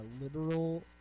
liberal